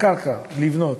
קרקע לבנייה.